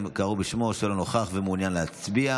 קראו בשמו או שלא נוכח ומעוניין להצביע?